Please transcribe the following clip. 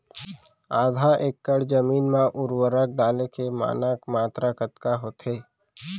आधा एकड़ जमीन मा उर्वरक डाले के मानक मात्रा कतका होथे?